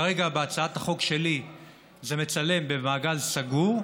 כרגע בהצעת החוק שלי זה מצלם במעגל סגור.